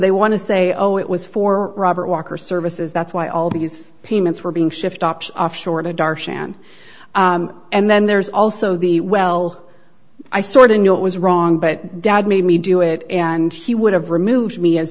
they want to say oh it was for robert walker services that's why all these payments were being shift ops offshore and adarsh and and then there's also the well i sort of knew it was wrong but dad made me do it and he would have removed me as